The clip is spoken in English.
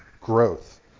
growth